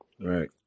Right